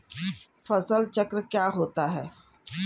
फसल चक्र क्या होता है?